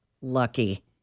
lucky